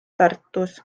tartus